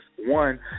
One